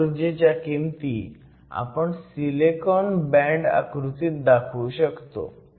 ह्या ऊर्जेच्या किमती आपण सिलिकॉन बँड आकृतीत दाखवू शकतो